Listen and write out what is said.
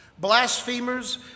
blasphemers